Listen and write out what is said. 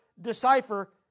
decipher